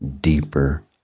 deeper